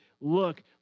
Look